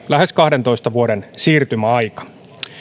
lähes kahdentoista vuoden siirtymäaika